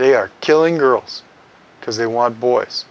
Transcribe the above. they are killing girls because they want boys